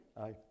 Aye